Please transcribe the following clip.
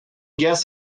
guess